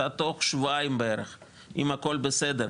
תוך שבועיים בערך אם הכל בסדר,